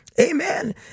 Amen